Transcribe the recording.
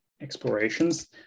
explorations